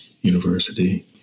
University